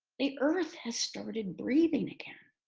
the earth has started breathing again.